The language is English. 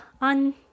on